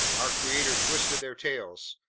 our creator twisted their tails,